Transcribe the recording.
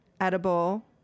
edible